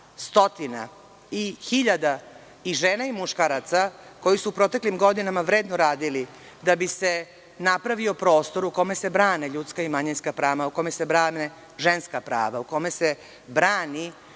i hiljada i žena i muškaraca koji su u proteklim godinama vredno radili da bi se napravio prostor u kome se brane ljudska i manjinska prava, u kome se brane ženska prava, u kome se brani